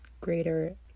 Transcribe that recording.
greater